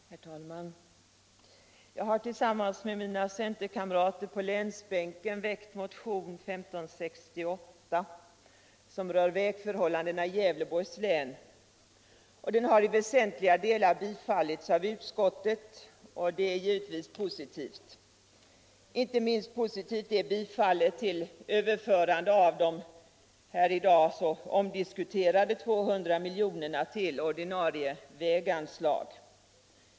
Herr talman! Jag har tillsammans med mina centerkamrater på länsbänken väckt motionen 1975/76:1568, som rör vägförhållandena i Gävleborgs län. Motionen har i väsentliga delar tillstyrkts av utskottet, och det är givetvis positivt. Inte minst positivt är att utskottet tillstyrker förslaget om överförande av de här i dag så omdiskuterade 200 miljonerna till ordinarie väganslag.